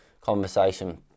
conversation